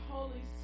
Holy